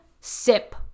sip